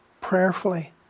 prayerfully